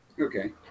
okay